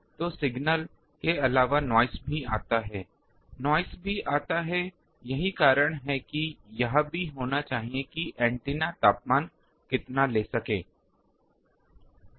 तो सिग्नल के अलावा नॉइस भी आता है नॉइस भी आता है यही कारण है कि यह भी होना चाहिए कि यह एंटीना तापमान कितना ले सकता है